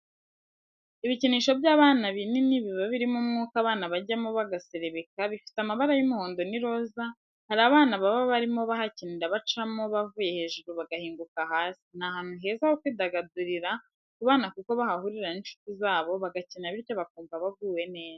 Ibikinisho by'abana binini biba birimo umwuka abana bajyamo bagaserebeka, bifite amabara y'umuhondo n'iroza hari abana barimo bahakinira bacamo bavuye hejuru bagahinguka hasi ni ahantu heza ho kwidagadurira ku bana kuko bahahurira n'inshuti zabo bagakina bityo bakumva baguwe neza.